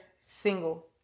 single